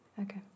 Okay